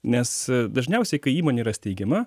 nes dažniausiai kai įmonė yra steigiama